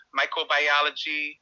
microbiology